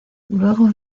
luego